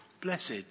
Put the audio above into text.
Blessed